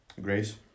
Grace